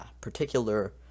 particular